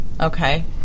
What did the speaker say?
Okay